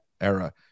era